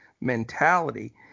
mentality